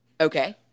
Okay